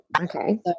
okay